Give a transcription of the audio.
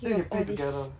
then we can play together